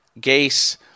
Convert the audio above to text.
Gase